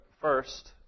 first